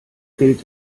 gilt